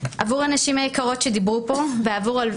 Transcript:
עבור הנשים היקרות שדיברו פה,